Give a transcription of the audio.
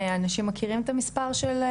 אנשים מכירים את המספר?